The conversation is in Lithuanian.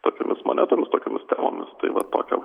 tokiomis monetomis tokiomis temomis tai va tokia va